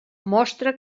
mostra